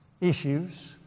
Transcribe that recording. Issues